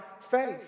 faith